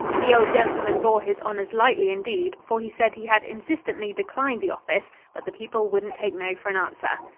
the old gentleman bore his honors lightly indeed, for he said he had insistently declined the office but the people wouldn't take no for an answer.